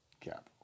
capital